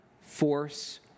force